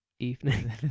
evening